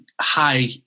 high